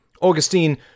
Augustine